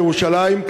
בירושלים,